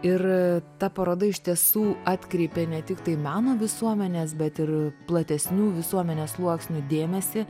ir ta paroda iš tiesų atkreipė ne tiktai meno visuomenės bet ir platesnių visuomenės sluoksnių dėmesį